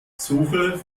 suche